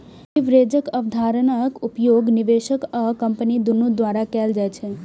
लीवरेजक अवधारणाक उपयोग निवेशक आ कंपनी दुनू द्वारा कैल जाइ छै